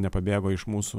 nepabėgo iš mūsų